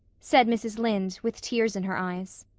said mrs. lynde, with tears in her eyes.